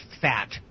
fat